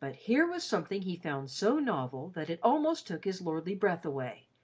but here was something he found so novel that it almost took his lordly breath away,